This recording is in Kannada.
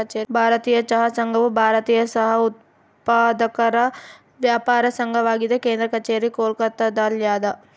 ಭಾರತೀಯ ಚಹಾ ಸಂಘವು ಭಾರತೀಯ ಚಹಾ ಉತ್ಪಾದಕರ ವ್ಯಾಪಾರ ಸಂಘವಾಗಿದೆ ಕೇಂದ್ರ ಕಛೇರಿ ಕೋಲ್ಕತ್ತಾದಲ್ಯಾದ